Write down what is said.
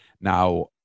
Now